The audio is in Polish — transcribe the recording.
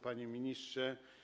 Panie Ministrze!